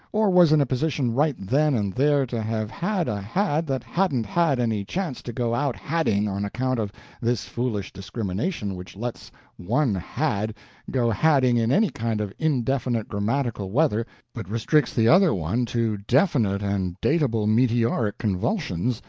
or was in a position right then and there to have had a had that hadn't had any chance to go out hadding on account of this foolish discrimination which lets one had go hadding in any kind of indefinite grammatical weather but restricts the other one to definite and datable meteoric convulsions,